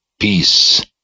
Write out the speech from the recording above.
peace